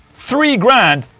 three grand?